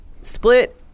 split